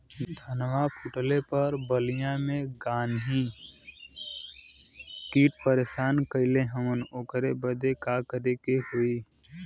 धनवा फूटले पर बलिया में गान्ही कीट परेशान कइले हवन ओकरे बदे का करे होई?